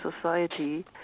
society